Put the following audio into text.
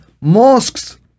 mosques